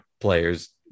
players